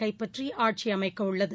கைப்பற்றிஆட்சிஅமைக்கவுள்ளது